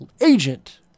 agent